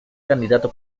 candidato